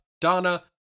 Donna